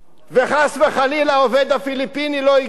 ואם חס וחלילה העובד הפיליפיני לא הגיע,